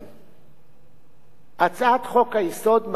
הצעת חוק-היסוד מעניקה לכנסת